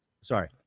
Sorry